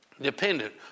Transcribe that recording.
dependent